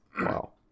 Wow